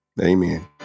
Amen